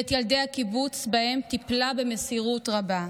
ואת ילדי הקיבוץ, שבהם טיפלה במסירות רבה.